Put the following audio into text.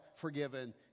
forgiven